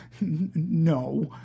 no